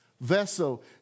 vessel